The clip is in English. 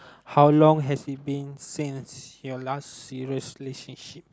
how long has it been since your last serious relationship